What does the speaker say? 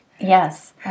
Yes